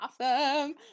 Awesome